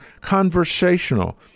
conversational